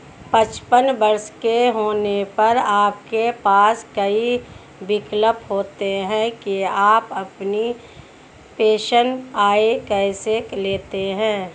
पचपन वर्ष के होने पर आपके पास कई विकल्प होते हैं कि आप अपनी पेंशन आय कैसे लेते हैं